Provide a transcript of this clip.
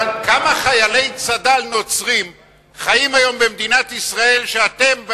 כמה חיילי צד"ל נוצרים חיים היום במדינת ישראל ואתם,